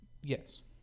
yes